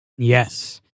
Yes